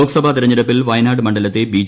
ലോക്സഭാ തെരഞ്ഞെടുപ്പിൽ വയനാട് മണ്ഡലത്തെ ബി